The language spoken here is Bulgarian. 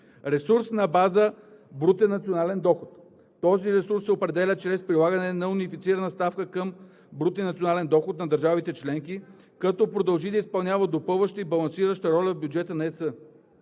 Ресурс на база Брутен национален доход – този ресурс се определя чрез прилагане на унифицирана ставка към Брутния национален доход на държавите членки, като продължи да изпълнява допълваща и балансираща роля в бюджета на ЕС.